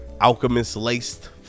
Alchemist-laced